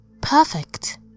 Perfect